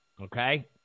Okay